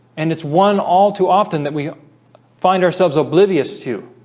and it's one all too often that we find ourselves oblivious to